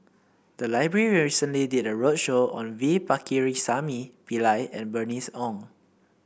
the library recently did a roadshow on V Pakirisamy Pillai and Bernice Ong